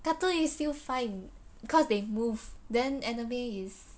cartoon is still fine because they move then anime is